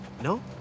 No